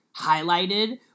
highlighted